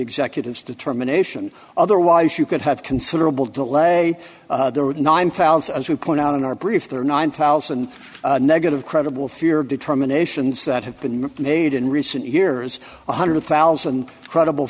executives determination otherwise you could have considerable delay there at nine thousand as we point out in our brief there are nine thousand negative credible fear determinations that have been made in recent years one hundred thousand credible